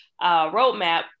roadmap